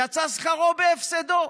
יצא שכרו בהפסדו.